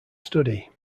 study